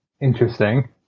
Interesting